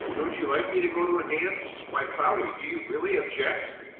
don't you like me to go to a dance? why, cloudy! do you really object?